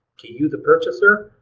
to you, the purchaser,